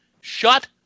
Shut